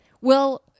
well-